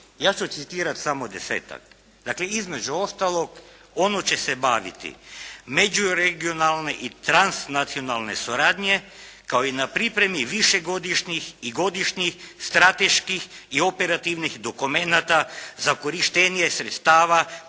ja ću citirati samo desetak. Dakle između ostalog, ono će se baviti, međuregionalne i transnacionalne suradnje kao i na pripremi višegodišnjih i godišnjih strateških i operativnih dokumenata za korištenje sredstava